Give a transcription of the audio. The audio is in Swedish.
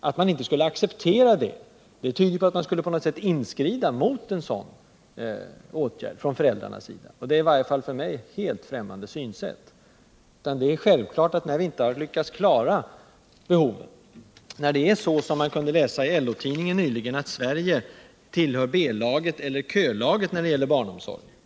Att man inte skulle acceptera detta tyder på att man på något sätt borde inskrida mot dessa föräldrar. Det är ett åtminstone för mig helt främmande synsätt. Man kunde nyligen i LO-tidningen läsa att Sverige tillhör B-laget eller kölaget när det gäller barnomsorg.